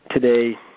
today